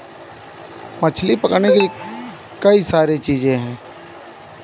मछली पकड़ने के लिए कई सारी चीज़ें हैं